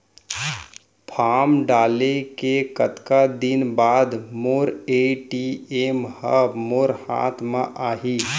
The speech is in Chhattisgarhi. फॉर्म डाले के कतका दिन बाद मोर ए.टी.एम ह मोर हाथ म आही?